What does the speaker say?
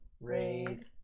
raid